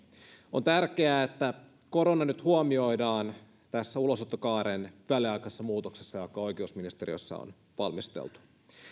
on tärkeää että korona nyt huomioidaan tässä ulosottokaaren väliaikaisessa muutoksessa jota oikeusministeriössä on valmisteltu